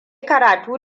karatu